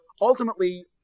ultimately